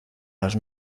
las